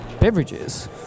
beverages